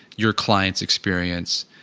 your clients experience,